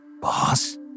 Boss